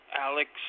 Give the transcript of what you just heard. Alex